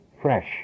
fresh